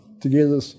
together